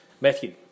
Matthew